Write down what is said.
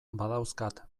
badauzkat